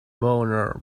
boner